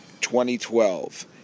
2012